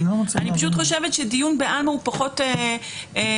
אני פשוט חושבת שדיון בעלמא הוא פחות רלבנטי.